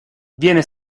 viene